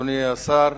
אדוני השר,